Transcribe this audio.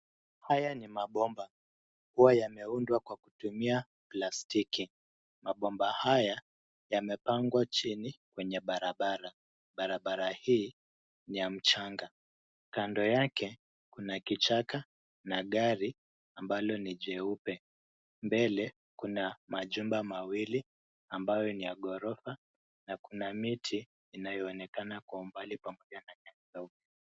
Haya ni mabomba ambayo yameundwa kwa kutumia plastiki. Mabomba haya yamepangwa chini kwenye barabara. Barabara hii ni ya mchanga. Kando yake kuna kichaka na gari ambalo ni jeupe. Mbele kuna majumba mawili ambayo ni ya ghorofa na kuna miti inayo onekana kwa umbali pamoja na nyasi.